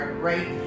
great